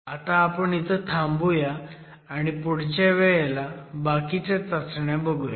आता आपण इथं थांबुया आणि पुढच्या वेळेला बाकीच्या चाचण्या बघूया